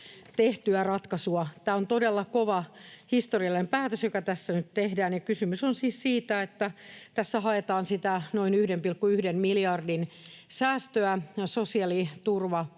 tehtyä ratkaisua. Tämä on todella kova historiallinen päätös, joka tässä nyt tehdään, ja kysymys on siis siitä, että tässä haetaan sitä noin 1,1 miljardin säästöä sosiaaliturvapuolelta